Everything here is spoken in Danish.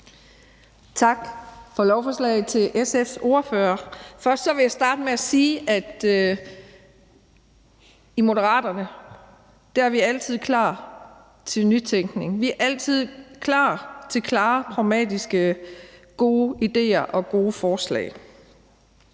tak for beslutningsforslaget til SF's ordfører. Først vil jeg sige, at i Moderaterne er vi altid klar til nytænkning. Vi er altid klar til klare, pragmatiske, gode idéer og gode forslag.